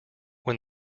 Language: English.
when